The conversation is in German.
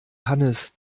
hannes